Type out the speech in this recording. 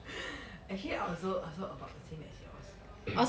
actually I also I also about the same as yours